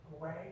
away